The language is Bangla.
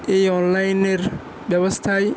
এই অনলাইনের ব্যবস্থায়